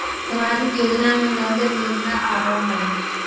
सामाजिक योजना में नल जल योजना आवहई?